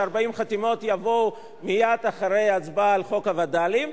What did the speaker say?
ש-40 חתימות יבואו מייד אחרי ההצבעה על חוק הווד"לים,